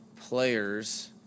players